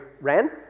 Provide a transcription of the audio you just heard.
ran